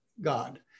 God